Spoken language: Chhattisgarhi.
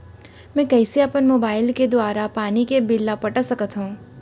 मैं कइसे अपन मोबाइल के दुवारा पानी के बिल ल पटा सकथव?